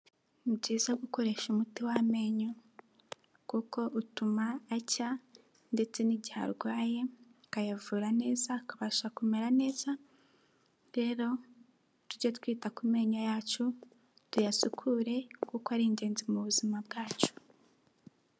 Ni byiza gukoresha umuti w'amenyo, kuko utuma acya ndetse n'igihe arwaye ukayavura neza, akabasha kumera neza, rero tujye twita ku menyo yacu, tuyasukure kuko ari ingenzi mu buzima bwacu.